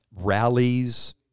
rallies